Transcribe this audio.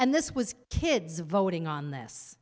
and this was kids voting on this